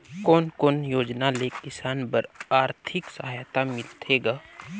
कोन कोन योजना ले किसान बर आरथिक सहायता मिलथे ग?